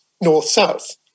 north-south